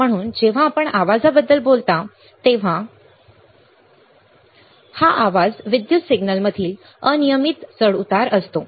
म्हणून जेव्हा आपण आवाजाबद्दल बोलता तेव्हा आवाज हा विद्युत सिग्नलमधील अनियमित चढउतार असतो